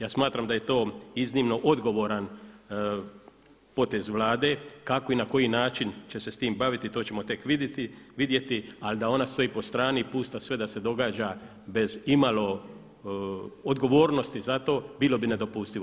Ja smatram da je to iznimno odgovoran potez Vlade kako i na koji način će se s time baviti, to ćemo tek vidjeti ali da ona stoji po strani i pušta sve da se događa bez imalo odgovornosti za to, bilo bi nedopustivo.